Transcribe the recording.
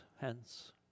hence